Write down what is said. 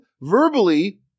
verbally